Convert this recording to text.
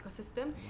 ecosystem